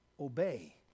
Obey